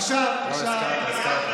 עכשיו, הזכרת,